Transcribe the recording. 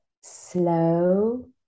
slow